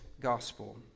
gospel